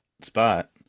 spot